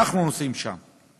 אנחנו נוסעים שם.